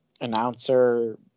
announcer